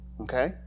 okay